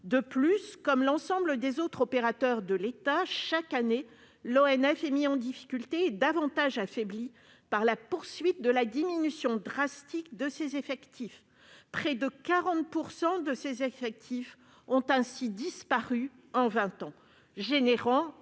l'ONF, comme l'ensemble des autres opérateurs de l'État, est chaque année mis en difficulté et davantage affaibli par la poursuite de la diminution draconienne de ses effectifs. Près de 40 % de ses effectifs ont ainsi disparu en vingt ans, générant